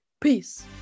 Peace